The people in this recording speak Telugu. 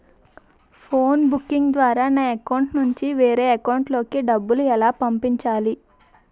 ఫోన్ బ్యాంకింగ్ ద్వారా నా అకౌంట్ నుంచి వేరే అకౌంట్ లోకి డబ్బులు ఎలా పంపించాలి?